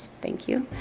thank you,